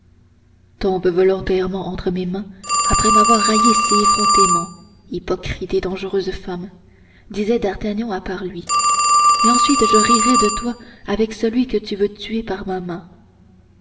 tombe volontairement entre mes bras après m'avoir raillé si effrontément hypocrite et dangereuse femme pensait d'artagnan de son côté et ensuite je rirai de toi avec celui que tu veux tuer par ma main